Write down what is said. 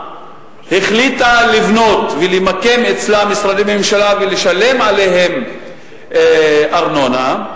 החליטה לבנות ולמקם אצלה משרדי ממשלה ולשלם עליהם ארנונה,